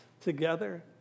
together